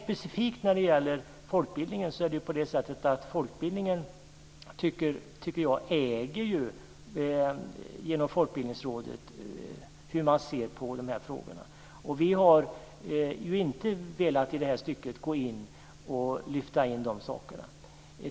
Specifikt när det gäller folkbildningen är det ju på sättet att folkbildningen genom Folkbildningsrådet avgör hur man ser på de här frågorna. Vi har inte i det stycket velat gå in och lyfta in de här sakerna.